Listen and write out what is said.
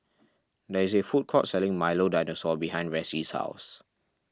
there is a food court selling Milo Dinosaur behind Ressie's house